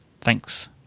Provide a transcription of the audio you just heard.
Thanks